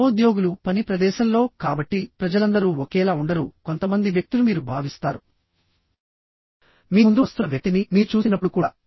సహోద్యోగులు పని ప్రదేశంలో కాబట్టి ప్రజలందరూ ఒకేలా ఉండరు కొంతమంది వ్యక్తులు మీరు భావిస్తారు మీ ముందు వస్తున్న వ్యక్తిని మీరు చూసినప్పుడు కూడా